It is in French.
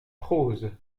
prose